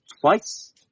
twice